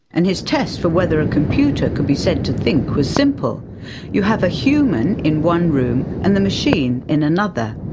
and his test for whether a computer could be said to think was simple you have a human in one room and the machine in another.